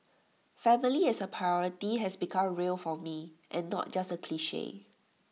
family as A priority has become real for me and not just A cliche